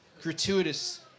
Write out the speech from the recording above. gratuitous